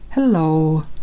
Hello